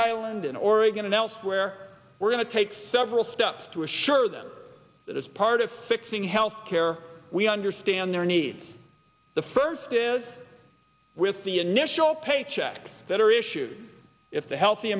island in oregon and elsewhere we're going to take several steps to assure them that as part of fixing health care we understand their needs the first is with the initial paychecks that are issued if the healthy